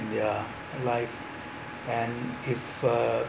their life and if uh